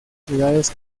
ciudades